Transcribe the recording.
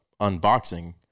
unboxing